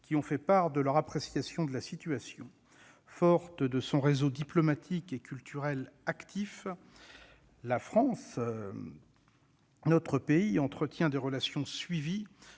qui nous ont livré leur appréciation de la situation. Forte de son réseau diplomatique et culturel actif, notre pays entretient des relations suivies,